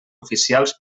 oficials